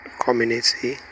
community